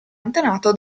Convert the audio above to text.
antenato